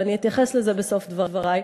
ואני אתייחס לזה בסוף דברי,